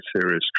serious